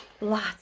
Lots